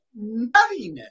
nuttiness